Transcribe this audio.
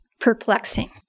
perplexing